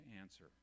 answer